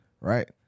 right